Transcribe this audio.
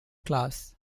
class